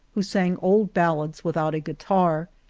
who sang old bal lads without a guitar.